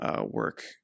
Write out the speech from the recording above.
Work